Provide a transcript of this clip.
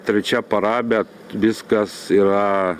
trečia para bet viskas yra